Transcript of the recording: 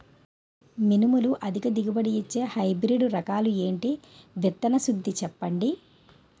మినుములు అధిక దిగుబడి ఇచ్చే హైబ్రిడ్ రకాలు ఏంటి? విత్తన శుద్ధి చెప్పండి?